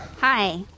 Hi